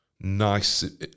nice